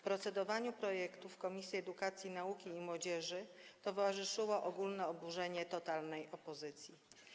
Procedowaniu nad tym projektem w Komisji Edukacji, Nauki i Młodzieży towarzyszyło ogólne oburzenie totalnej opozycji.